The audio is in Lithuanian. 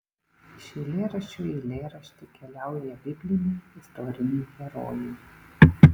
iš eilėraščio į eilėraštį keliauja bibliniai istoriniai herojai